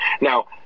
Now